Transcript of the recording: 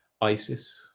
ISIS